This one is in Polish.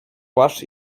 płaszcz